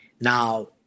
Now